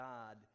God